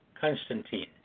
Constantine